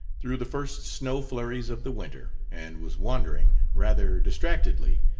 through the first snow-flurries of the winter, and was wondering, rather distractedly,